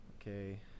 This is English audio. Okay